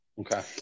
okay